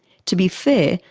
to be fair,